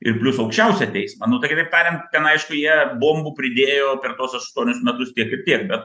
ir plius aukščiausią teismą nu tai kitaip tariant ten aišku jie bombų pridėjo per tuos aštuonis metus tiek ir tiek bet